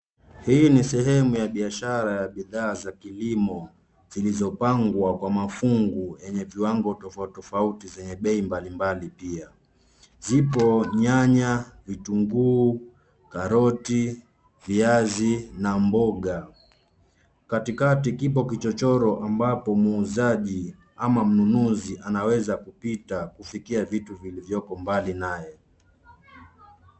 Hii ni sehemu ya biashara ya bidha za kilimo zilizopangwa kwa mafungu yenye viwango tofauti tofauti zenye bei mbalimbali pia. Zipo nyanya, vitunguu, karoti, viazi na mboga. Katikati kipo kichochoro ambacho muuzaji ama mzunuzi anaweza kupita kufikia vitu vilivyoko mbali naye.